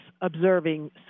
observing